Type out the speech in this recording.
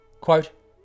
Quote